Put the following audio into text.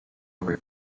over